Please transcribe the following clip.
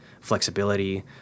flexibility